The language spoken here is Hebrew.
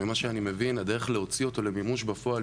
ממה שאני מבין הדרך להוציא אותו למימוש בפועל,